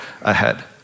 ahead